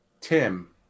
Tim